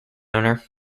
owner